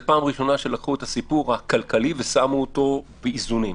זו הפעם הראשונה שלקחו את הסיפור הכלכלי ושמו אותו באיזונים.